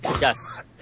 Yes